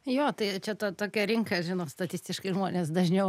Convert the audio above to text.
jo tai čia ta tokia rinka žinot statistiškai žmonės dažniau